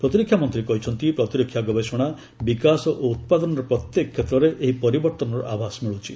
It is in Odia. ପ୍ରତିରକ୍ଷା ମନ୍ତ୍ରୀ କହିଛନ୍ତି ପ୍ରତିରକ୍ଷା ଗବେଷଣା ବିକାଶ ଓ ଉତ୍ପାଦନର ପ୍ରତ୍ୟେକ କ୍ଷେତ୍ରରେ ଏହି ପରିବର୍ତ୍ତନର ଆଭାସ ମିଳୁଛି